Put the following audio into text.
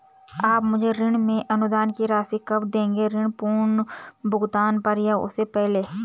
आप मुझे ऋण में अनुदान की राशि कब दोगे ऋण पूर्ण भुगतान पर या उससे पहले?